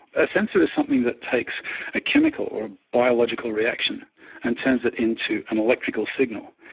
a sensor is something that takes a chemical or a biological reaction and turns it into an electrical signal.